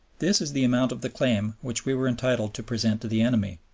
this is the amount of the claim which we were entitled to present to the enemy.